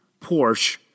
Porsche